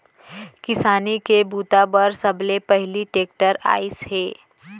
किसानी के बूता बर सबले पहिली टेक्टर आइस हे